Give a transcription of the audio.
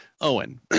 Owen